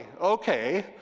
okay